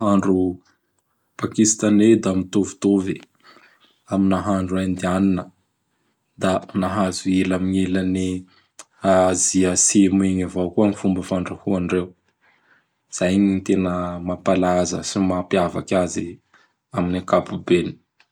Pakistanain da mitovitovy am nahandro Indianina. Da nahazo ila amign' ilan'ny A Azia Atsimo igny avao koa gny fomba fandrahoandreo. Zay gny tena mampalaza sy mampiavaky azy am ankapobeny.